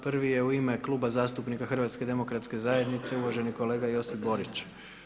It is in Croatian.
Prvi je u ime Kluba zastupnika HDZ-a uvaženi kolega Josip Borić.